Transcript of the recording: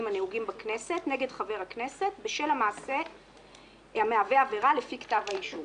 הנהוגים בכנסת נגד חבר הכנסת בשל המעשה המהווה עבירה לפי כתב האישום